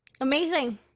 amazing